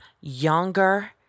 younger